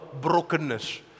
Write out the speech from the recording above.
brokenness